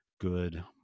good